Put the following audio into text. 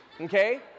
Okay